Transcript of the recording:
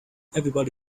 everybody